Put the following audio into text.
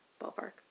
Ballpark